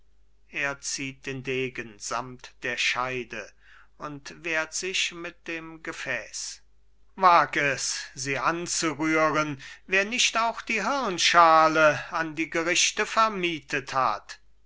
er zieht den degen sammt der scheide und wehrt sich mit dem gefäß wag es sie anzurühren wer nicht auch die hirnschale an die gerichte vermiethet hat